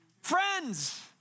friends